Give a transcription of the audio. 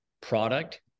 product